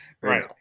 Right